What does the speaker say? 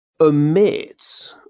omit